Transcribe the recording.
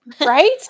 Right